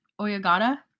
Oyagata